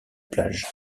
plage